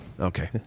Okay